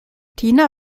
tina